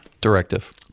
Directive